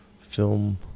film